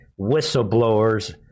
whistleblowers